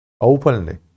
openly